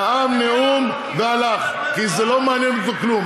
נאם נאום והלך, כי לא מעניין אותו כלום.